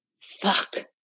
fuck